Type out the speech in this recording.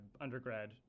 undergrad